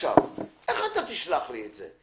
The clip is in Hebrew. איך תשלח לי את זה?